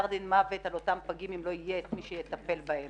דין מוות על אותם פגים אם לא יהיה מי שיטפל בהם.